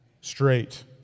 straight